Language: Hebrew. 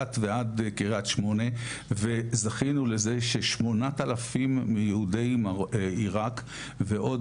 מאילת ועד קריית שמונה וזכינו לזה ש-8,000 מיהודי עירק ועוד